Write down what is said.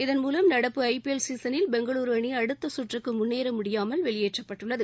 இதன்மூலம் நடப்பு ஐபிஎல் சீசனில் பெங்களூரு அணி அடுத்த கற்றுக்கு முன்னேற முடியாமல் வெளியேற்றப்பட்டுள்ளது